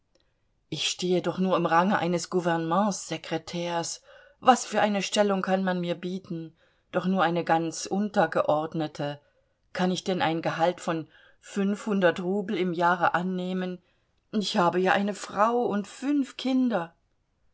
ich stehe doch nur im range eines gouvernementssekretärs was für eine stellung kann man mir bieten doch nur eine ganz untergeordnete kann ich denn ein gehalt von fünfhundert rubel im jahre annehmen ich habe ja eine frau und fünf kinder